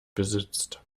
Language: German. besitzt